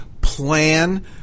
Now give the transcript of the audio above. plan